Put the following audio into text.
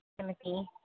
Timothy